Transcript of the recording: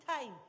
time